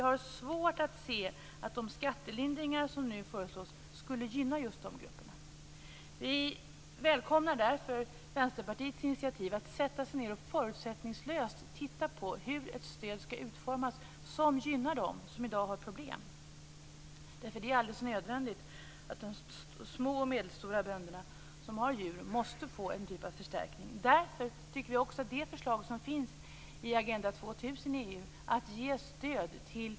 Det är alldeles nödvändigt att de små och medelstora jordbruk som har djur får en typ av förstärkning.